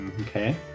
Okay